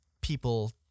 people